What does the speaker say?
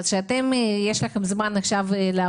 יש לכם עכשיו במשרד הבריאות זמן לעבוד